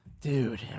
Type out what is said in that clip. Dude